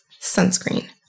sunscreen